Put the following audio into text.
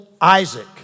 Isaac